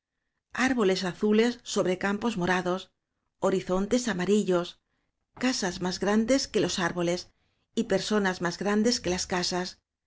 arboles azules sobre campos morados horizontes ama rillos casas más grandes que los árboles y per sonas más grandes que las casas